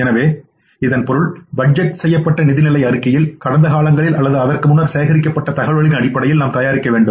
எனவே இதன் பொருள் பட்ஜெட் செய்யப்பட்ட நிதிநிலை அறிக்கையில் கடந்த காலங்களில் அல்லது அதற்கு முன்னர் சேகரிக்கப்பட்ட தகவல்களின்அடிப்படையில் நாம் தயாரிக்கவேண்டும்